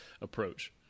approach